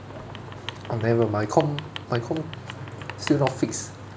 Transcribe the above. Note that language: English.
uh never my comp my comp still not fixed